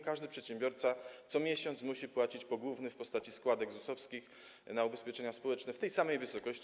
Każdy przedsiębiorca co miesiąc musi płacić podatek pogłówny w postaci składek ZUS-owskich na ubezpieczenia społeczne w tej samej wysokości.